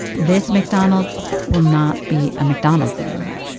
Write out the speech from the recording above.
this mcdonald's will not be a mcdonald's anymore.